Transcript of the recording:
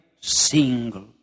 single